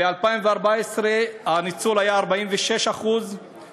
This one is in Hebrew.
ב-2014 הניצול היה 46%;